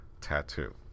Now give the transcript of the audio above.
tattoo